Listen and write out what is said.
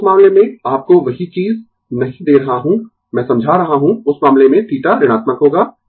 तो उस मामले में आपको वही चीज नहीं दे रहा हूं मैं समझा रहा हूं उस मामले में θ ऋणात्मक होगा